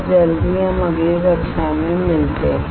और जल्दी ही हम अगली कक्षा में मिलते हैं